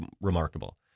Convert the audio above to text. remarkable